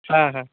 হ্যাঁ হ্যাঁ